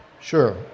Sure